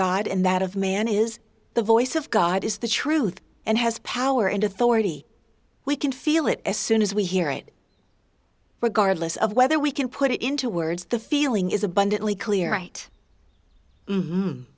god and that of man is the voice of god is the truth and has power and authority we can feel it as soon as we hear it regardless of whether we can put it into words the feeling is abundantly clear right